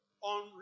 on